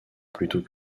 plutôt